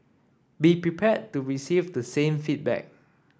be prepared to receive the same feedback